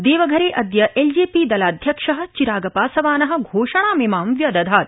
देवघरे अद्य L J P दलाध्यक्ष चिरागपासवान घोषणामिमां व्यदधात्